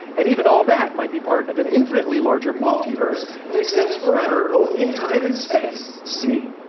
and even all that might be part of an infinitely larger multiverse that extends forever both in time and space. see?